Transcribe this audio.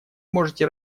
можете